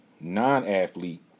non-athlete